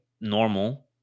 normal